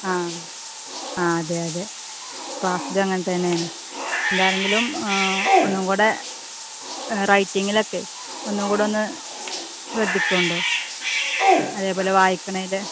ആ ആ അതെ അതെ ക്ലാസ്സിൽ അങ്ങനെത്തന്നെയാണ് എന്താണെങ്കിലും ഒന്നും കൂടെ റൈറ്റിങ്ങിലൊക്കെ ഒന്നും കൂടെ ഒന്ന് ശ്രദ്ധിക്കുന്നുണ്ടോ അതേപോലെ വായിക്കുന്നതിൽ